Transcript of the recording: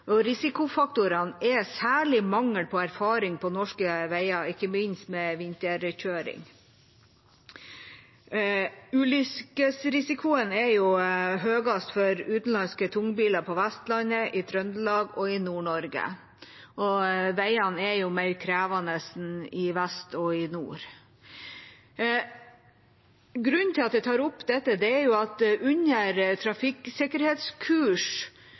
Risikofaktorene er særlig mangel på erfaring på norske veier, ikke minst med vinterkjøring. Ulykkesrisikoen er høyest for utenlandske tungbiler på Vestlandet, i Trøndelag og i Nord-Norge. Veiene er jo mer krevende i vest og i nord. Grunnen til at jeg tar opp dette, er at under trafikksikkerhetskurs